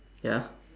ya